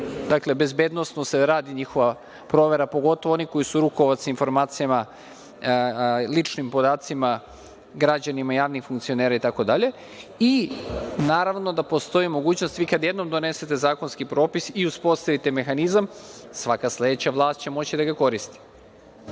Bezbednosno se radi njihova provera, pogotovo oni koji su rukovaoci informacijama, ličnim podacima građana, javnih funkcionera itd. Naravno da postoji mogućnost, vi kada jednom donesete zakonski propis i uspostavite mehanizam, svaka sledeća vlast će moći da ga koristi.